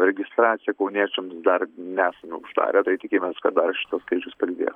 registraciją kauniečiams dar nesame uždarę tai tikimės kad dar šitas skaičius padidės